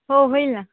हो होईल ना